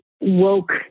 Woke